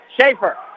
Schaefer